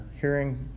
hearing